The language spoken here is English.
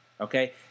okay